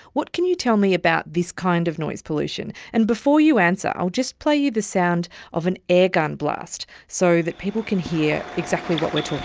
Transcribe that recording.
what can you tell me about this kind of noise pollution? and before you answer, i'll just play you the sound of an airgun blast so that people can hear exactly what we are talking